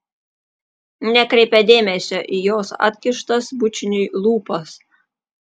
nekreipia dėmesio į jos atkištas bučiniui lūpas